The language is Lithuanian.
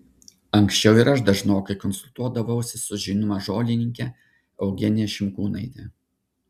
anksčiau ir aš dažnokai konsultuodavausi su žinoma žolininke eugenija šimkūnaite